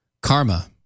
karma